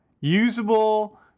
usable